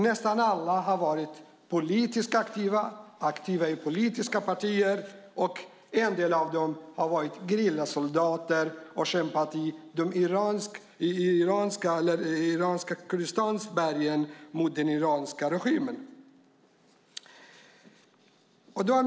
Nästan alla har varit aktiva i politiska partier; en del av dem har varit gerillasoldater och kämpat mot den iranska regimen i bergen i iranska Kurdistan.